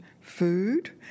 food